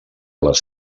les